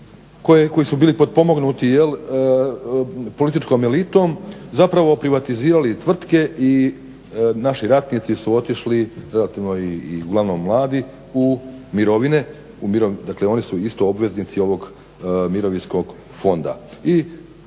koji su bili potpomognuti političkom elitom privatizirali tvrtke i naši ratnici su otišli relativno i uglavnom mladi u mirovine, dakle oni su isto obveznici ovog Mirovinskog fonda. I